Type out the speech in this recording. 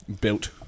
built